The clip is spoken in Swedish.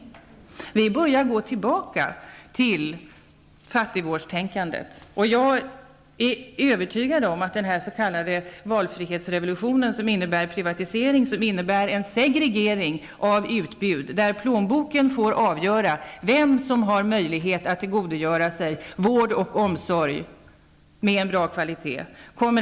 Man har börjat gå tillbaka till fattigvårdstänkandet. Jag är övertygad om att den här s.k. valfrihetsrevolutionen som innebär en privatisering, en segregering av utbud, där plånboken får avgöra vem som har möjlighet att tillgodogöra sig vård och omsorg med bra kvalitet.